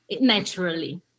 Naturally